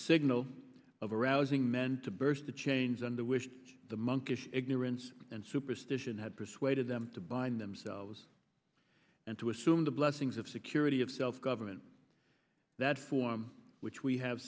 signal of arousing men to burst the chains and the wish the monkish ignorance and superstition had persuaded them to bind themselves and to assume the blessings of security of self government that for which we have